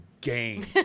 game